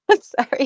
sorry